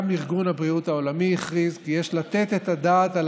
גם ארגון הבריאות העולמי הכריז כי יש לתת את הדעת על